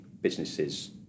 businesses